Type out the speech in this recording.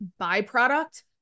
byproduct